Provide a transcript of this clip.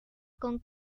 con